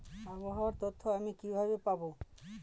আবহাওয়ার তথ্য আমি কিভাবে পাবো?